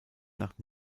nach